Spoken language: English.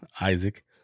Isaac